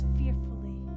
fearfully